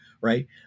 right